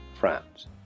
France